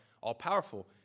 all-powerful